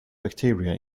bacteria